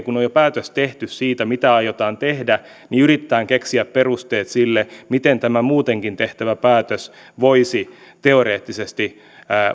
kun on jo päätös tehty siitä mitä aiotaan tehdä niin yritetään keksiä perusteet sille miten tämä muutenkin tehtävä päätös voisi teoreettisesti